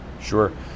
Sure